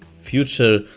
future